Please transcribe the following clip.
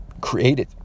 created